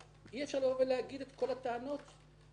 אי-אפשר לומר את כל הטענות האלה,